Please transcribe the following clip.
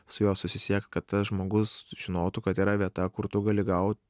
su juo susisiekt kad tas žmogus žinotų kad yra vieta kur tu gali gaut